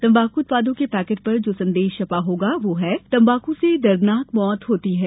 तम्बाकू उत्पादों के पैकेट पर जो संदेश छपा होगा वह है तम्बाकू से दर्दनाक मौत होती है